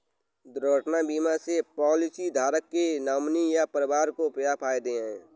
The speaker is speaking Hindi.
दुर्घटना बीमा से पॉलिसीधारक के नॉमिनी या परिवार को क्या फायदे हैं?